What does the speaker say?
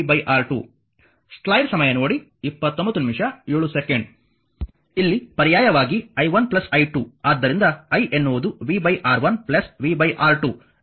ಇಲ್ಲಿ ಪರ್ಯಾಯವಾಗಿ i1 i2 ಆದ್ದರಿಂದ I ಎನ್ನುವುದು v R1 v R2 v 11 R1 1 R2 ಆಗಿರುತ್ತದೆ